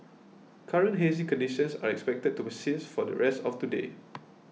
current hazy conditions are expected to persist for the rest of today